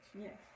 Yes